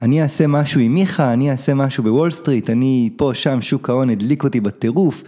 אני אעשה משהו עם מיכה, אני אעשה משהו בוול סטריט, אני פה שם שוק ההון הדליק אותי בטירוף